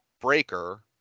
Breaker